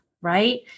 right